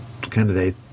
candidate